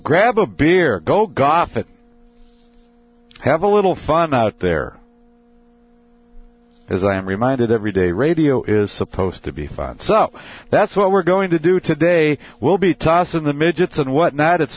it have a little fun out there as i am reminded every day radio is supposed to be fun so that's what we're going to do today will be tossing the midgets and whatnot it's